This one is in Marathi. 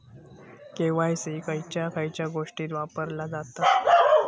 के.वाय.सी खयच्या खयच्या गोष्टीत वापरला जाता?